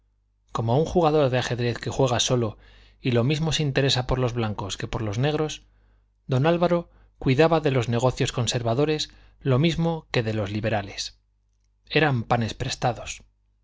como un jugador de ajedrez que juega solo y lo mismo se interesa por los blancos que por los negros don álvaro cuidaba de los negocios conservadores lo mismo que de los liberales eran panes prestados